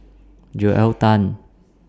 Joel Tan